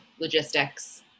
logistics